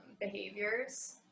behaviors